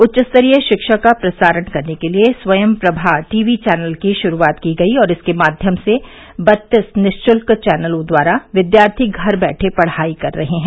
उच्च स्तरीय शिक्षा का प्रसारण करने के लिए स्वयंप्रभा टीवी चैनल की शुरुआत की गई और इसके माध्यम से बत्तीस निःशुल्क चैनलों द्वारा विद्यार्थी घर बैठे पढ़ाई कर रहे हैं